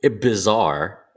Bizarre